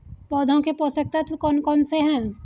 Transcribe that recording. पौधों के पोषक तत्व कौन कौन से हैं?